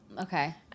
Okay